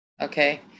okay